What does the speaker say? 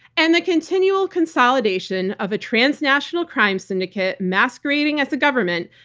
and the continual consolidation of a transnational crime syndicate masquerading as a government,